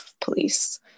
police